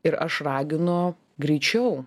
ir aš raginu greičiau